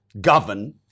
govern